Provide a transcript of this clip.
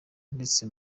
ndetse